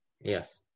Yes